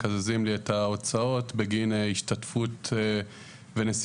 מקזזים לי את ההוצאות בגין השתתפות ונסיעות